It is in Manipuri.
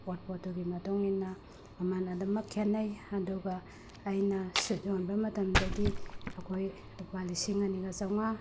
ꯄꯣꯠ ꯄꯣꯠꯇꯨꯒꯤ ꯃꯇꯨꯡꯏꯟꯅ ꯃꯃꯜ ꯑꯗꯨꯃꯛ ꯈꯦꯟꯅꯩ ꯑꯗꯨꯒ ꯑꯩꯅ ꯁꯨꯠ ꯌꯣꯟꯕ ꯃꯇꯝꯗꯗꯤ ꯑꯩꯈꯣꯏ ꯂꯨꯄꯥ ꯂꯤꯁꯤꯡ ꯑꯅꯤꯒ ꯆꯥꯝꯃꯉꯥ